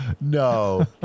No